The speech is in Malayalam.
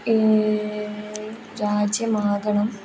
രാജ്യമാകണം